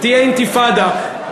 תהיה אינתיפאדה.